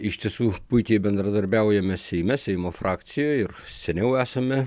iš tiesų puikiai bendradarbiaujame seime seimo frakcijoje ir seniau esame